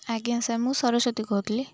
ଆଜ୍ଞା ସାର୍ ମୁଁ ସରସ୍ଵତୀ କହୁଥିଲି